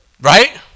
Right